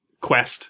quest